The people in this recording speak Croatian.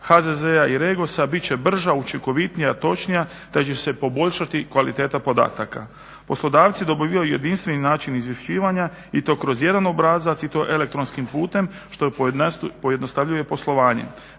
HZZ-a i Regosa bit će brža, učinkovitija, točnija te će se poboljšati kvaliteta podataka. Poslodavci dobivaju jedinstveni način izvješćivanja i to kroz jedan obrazac i to elektronskim putem što pojednostavljuje poslovanje.